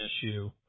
issue